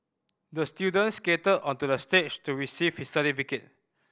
the student skated onto the stage to receive his certificate